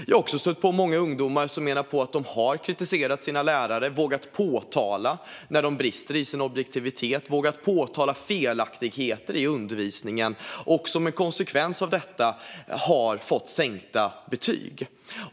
Jag har också stött på många ungdomar som menar att de har kritiserat sina lärare, som vågat påtala när de brister i sin objektivitet och vågat påtala felaktigheter i undervisningen, och som en konsekvens av detta har fått sänkta betyg.